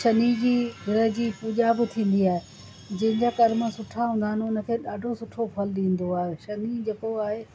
शनि जी ग्रह जी पूॼा बि थींदी आहे जंहिंजा कर्म सुठा हूंदा आहिनि उन खे ॾाढो सुठो फल ॾींदो आहे शनि जेको आहे